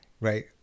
right